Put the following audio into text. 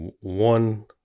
one